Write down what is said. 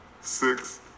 six